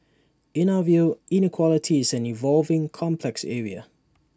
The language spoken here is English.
in our view inequality is an evolving complex area